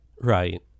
Right